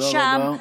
תודה רבה.